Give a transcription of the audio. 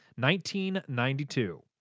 1992